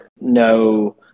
no